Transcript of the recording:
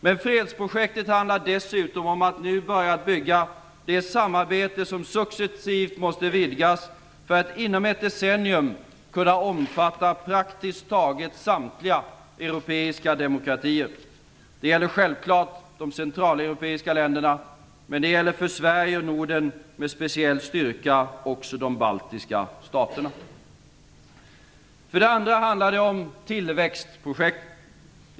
Men fredsprojektet handlar dessutom om att nu börja bygga det samarbete som successivt måste vidgas för att inom ett decennium kunna omfatta praktiskt taget samtliga europeiska demokratier. Det gäller självklart de centraleuropeiska länderna. Men det gäller för Sverige och Norden med speciell styrka och också de baltiska staterna. För det andra handlar det om tillväxtprojekt.